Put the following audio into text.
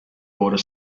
water